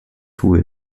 through